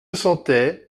sentais